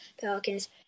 Pelicans